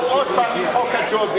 מחר יבואו עוד פעם עם חוק הג'ובים,